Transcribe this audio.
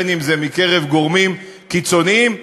אם מקרב גורמים קיצוניים,